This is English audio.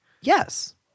Yes